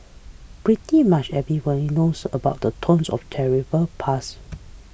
pretty much everyone knows about the tonnes of terrible pass